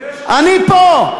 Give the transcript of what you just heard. אני פה.